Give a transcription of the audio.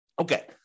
Okay